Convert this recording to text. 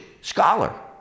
scholar